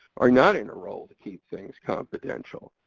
are not in a role to keep things confidential.